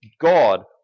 God